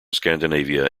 scandinavia